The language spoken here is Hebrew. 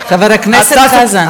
חבר הכנסת חזן,